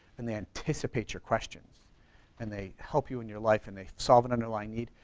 and they anticipate your questions and they help you in your life and they solve an underlying need.